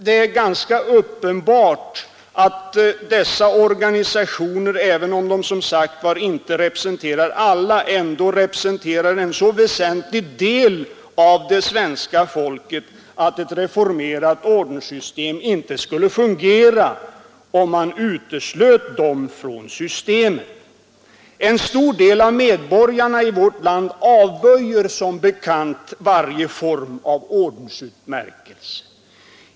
Det är ganska uppenbart att dessa organisationer, även om de som sagt inte representerar alla, ändå representerar en så väsentlig del av det svenska folket att ett reformerat ordenssystem inte skulle fungera, om man uteslöt dem från systemet. En stor del av medborgarna i vårt land avböjer som bekant varje form av ordensutmärkelse.